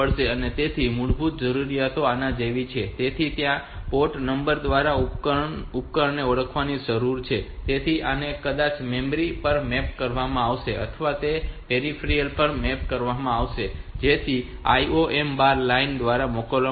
તેથી મૂળભૂત જરૂરિયાતો આના જેવી છે તેથી ત્યાં પોર્ટ નંબર દ્વારા ઉપકરણને ઓળખવાની જરૂર છે તેથી આને કદાચ મેમરી પર મેપ કરવામાં આવશે અથવા તેને પેરિફેરલ પર મેપ કરવામાં આવશે જેથી તે IOM બાર લાઇન દ્વારા ઓળખવામાં આવે